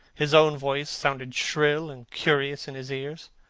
his own voice sounded shrill and curious in his ears.